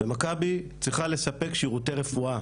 ומכבי צריכה לספק שירותי רפואה